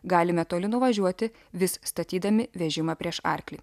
galime toli nuvažiuoti vis statydami vežimą prieš arklį